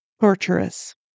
Torturous